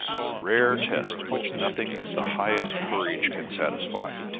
the rare test which nothing but the highest courage can satisfy.